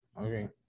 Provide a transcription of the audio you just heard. Okay